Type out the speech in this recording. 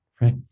right